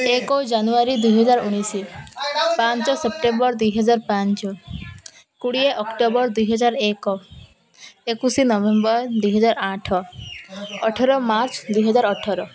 ଏକ ଜାନୁଆରୀ ଦୁଇହଜାର ଉଣେଇଶି ପାଞ୍ଚ ସେପ୍ଟେମ୍ବର ଦୁଇହଜାର ପାଞ୍ଚ କୋଡ଼ିଏ ଅକ୍ଟୋବର ଦୁଇହଜାର ଏକ ଏକୋଇଶି ନଭେମ୍ବର ଦୁଇହଜାର ଆଠ ଅଠର ମାର୍ଚ୍ଚ ଦୁଇହଜାର ଅଠର